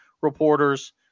reporters